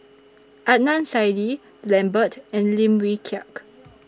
Adnan Saidi Lambert and Lim Wee Kiak